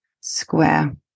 square